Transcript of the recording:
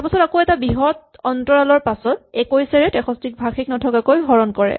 তাৰপাছত আকৌ এটা বৃহৎ অন্তৰালৰ পাছত ২১ এ ৬৩ ক ভাগশেষ নথকাকৈ হৰণ কৰে